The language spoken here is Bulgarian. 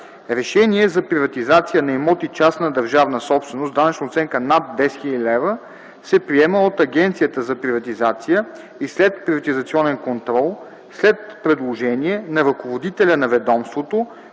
Решение за приватизация на имоти – частна държавна собственост, с данъчна оценка над 10 000 лв. се приема от Агенцията за приватизация и следприватизационен контрол след предложение на ръководителя на ведомството,